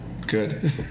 Good